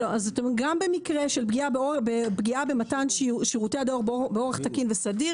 גם במקרה של פגיעה במתן שירותי הדואר באורח תקין וסדיר,